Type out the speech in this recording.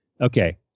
Okay